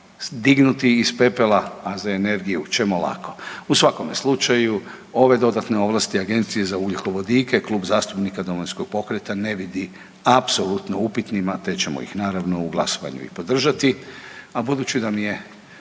dignuti iz pepela, a za energiju ćemo lako. U svakome slučaju, ove dodatne ovlasti Agencije za ugljikovodike Klub zastupnika Domovinskog pokreta ne vidi apsolutno upitnicima te ćemo ih, naravno, u glasovanju i podržati, a budući da mi je